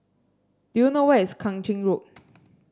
do you know where is Kang Ching Road